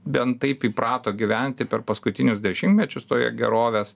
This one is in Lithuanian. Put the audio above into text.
bent taip įprato gyventi per paskutinius dešimtmečius toje gerovės